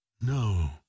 No